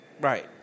Right